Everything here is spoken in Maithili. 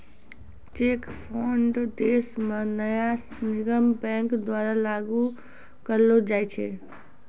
चेक फ्राड देश म नया नियम बैंक द्वारा लागू करलो जाय छै